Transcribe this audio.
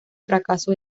fracaso